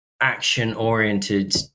action-oriented